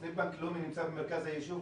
סניף בנק לאומי נמצא במרכז היישוב,